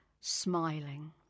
smiling